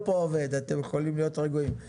אתם יכולים להיות רגועים.